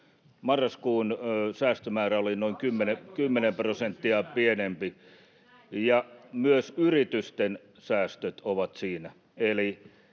Marraskuun säästömäärä oli noin 10 prosenttia pienempi, ja myös yritysten säästöt ovat siinä.